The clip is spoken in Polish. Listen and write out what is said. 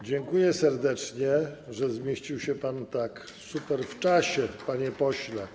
Dziękuję serdecznie, że zmieścił się pan tak super w czasie, panie pośle.